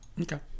Okay